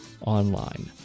online